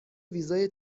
ویزای